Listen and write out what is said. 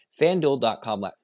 FanDuel.com